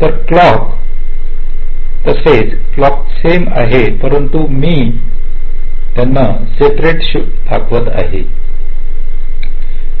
तर क्लॉक् तसेच हे क्लॉक् सेम आहेत परंतु मी त्यांना सेपरेट शो करत आहे